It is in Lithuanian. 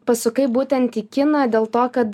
pasukai būtent į kiną dėl to kad